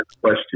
question